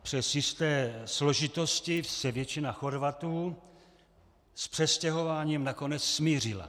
Přes jisté složitosti se většina Chorvatů s přestěhováním nakonec smířila.